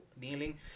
kneeling